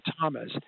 Thomas